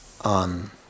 on